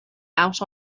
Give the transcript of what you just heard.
out